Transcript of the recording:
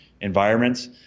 environments